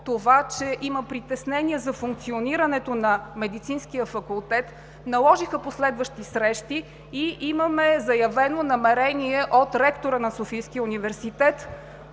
това, че има притеснения за функционирането на Медицинския факултет, наложиха последващи срещи и имаме заявено намерение от ректора на Софийския университет